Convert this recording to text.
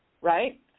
Right